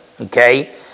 okay